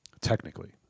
Technically